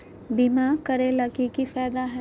बीमा करैला के की फायदा है?